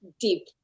deep